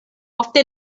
ofte